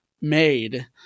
made